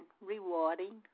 rewarding